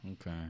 Okay